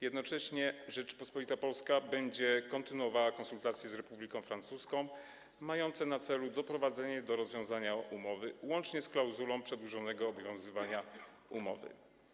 Jednocześnie Rzeczpospolita Polska będzie kontynuowała konsultacje z Republiką Francuską mające na celu doprowadzenie do rozwiązania umowy łącznie z klauzulą przedłużonego obowiązywania umowy.